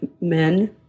men